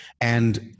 And-